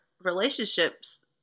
relationships